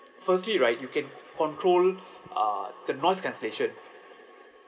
firstly right you can control uh the noise cancellation